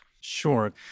Sure